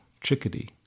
chickadee